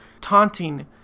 taunting